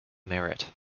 merit